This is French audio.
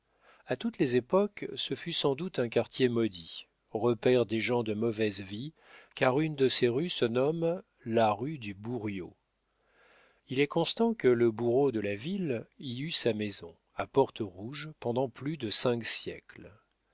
a toutes les époques ce fut sans doute un quartier maudit repaire des gens de mauvaise vie car une de ces rues se nomme la rue du bourriau il est constant que le bourreau de la ville y eut sa maison à porte rouge pendant plus de cinq siècles